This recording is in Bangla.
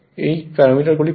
এই প্যারামিটারগুলি প্রদত্ত